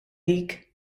dik